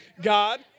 God